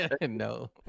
no